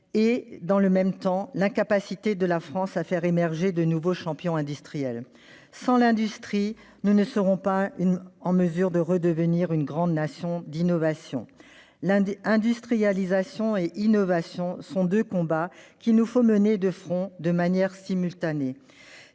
à l'innovation et l'incapacité de la France à faire émerger, dans le même temps, de nouveaux champions industriels. Sans l'industrie, nous ne serons pas en mesure de redevenir une grande nation d'innovation. Industrialisation et innovation sont deux combats qu'il nous faut mener de front, de manière simultanée.